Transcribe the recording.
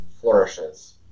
flourishes